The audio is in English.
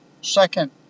second